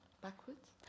Backwards